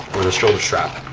or the shoulder strap.